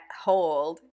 Hold